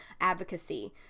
advocacy